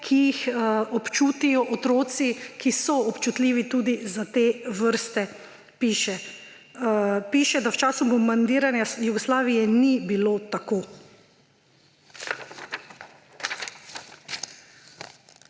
ki jih občutijo otroci, ki so občutljivi tudi za te vrste, piše. Piše, da v času bombardiranja Jugoslavije ni bilo tako.